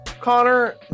connor